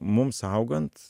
mums augant